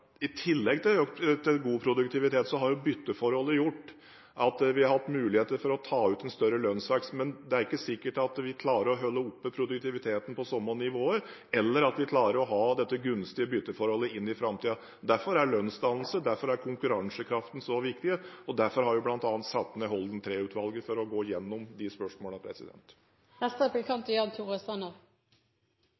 i tillegg til god produktivitet, har bytteforholdet gjort at vi har hatt muligheter til å ta ut en større lønnsvekst, men det er ikke sikkert at vi klarer å holde produktiviteten oppe på samme nivået, eller at vi klarer å ha dette gunstige bytteforholdet inn i framtida. Derfor er lønnsdannelse og konkurransekraft så viktig, og derfor har vi bl.a. satt ned Holden III-utvalget for å gå gjennom de